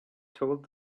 told